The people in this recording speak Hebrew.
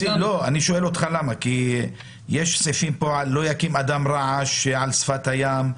יש סעיפים כגון: לא יקים אדם רעש על שפת הים,